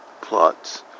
plots